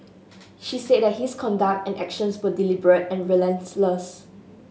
she said that his conduct and actions were deliberate and relentless